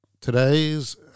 today's